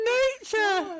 nature